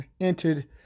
entered